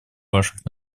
ваших